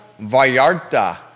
Vallarta